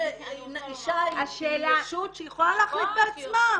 אישה היא ישות שיכולה להחליט בעצמה.